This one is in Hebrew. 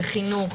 בחינוך,